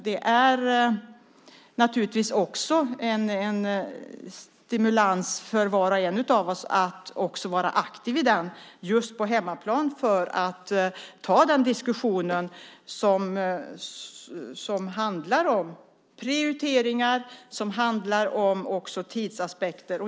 Det är naturligtvis också en stimulans för var och en av oss att vara aktiv just på hemmaplan för att ta den diskussion som handlar om prioriteringar och som också handlar om tidsaspekter.